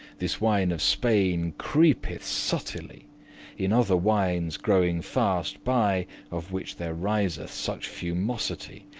this wine of spaine creepeth subtilly in other wines growing faste by, of which there riseth such fumosity,